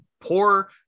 poor